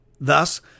Thus